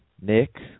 Nick